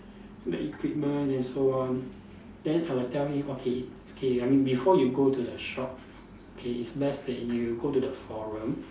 the equipment and so on then I would tell him okay okay I mean before you go to the shop okay it's best that you go to the forum